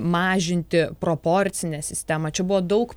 mažinti proporcinę sistemą čia buvo daug